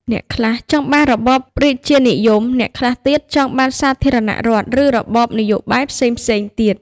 អ្នកខ្លះចង់បានរបបរាជានិយម អ្នកខ្លះទៀតចង់បានសាធារណរដ្ឋ ឬរបបនយោបាយផ្សេងៗទៀត។